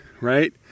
right